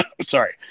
Sorry